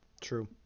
True